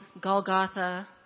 Golgotha